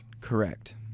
Correct